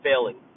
failing